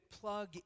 plug